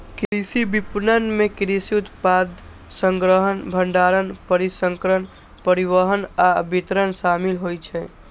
कृषि विपणन मे कृषि उत्पाद संग्रहण, भंडारण, प्रसंस्करण, परिवहन आ वितरण शामिल होइ छै